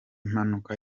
mpanuka